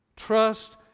Trust